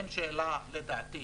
אין שאלה, לדעתי,